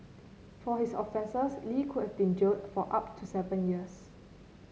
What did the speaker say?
for his offences Li could have been jailed for up to seven years